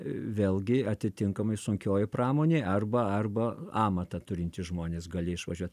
vėlgi atitinkamai sunkioji pramonė arba arba amatą turintys žmonės gali išvažiuot